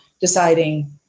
deciding